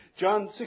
John